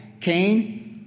Cain